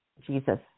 Jesus